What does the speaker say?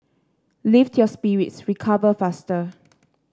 lift your spirits recover faster